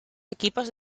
equipos